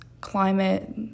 climate